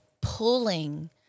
pulling